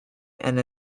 and